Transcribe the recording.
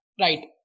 right